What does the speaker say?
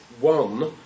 one